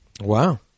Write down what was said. Wow